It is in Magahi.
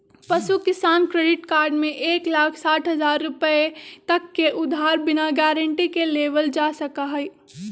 पशु किसान क्रेडिट कार्ड में एक लाख साठ हजार रुपए तक के उधार बिना गारंटी के लेबल जा सका हई